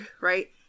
right